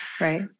Right